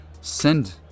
Send